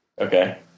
Okay